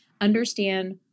understand